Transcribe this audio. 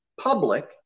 public